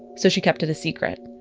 so she kept it a secret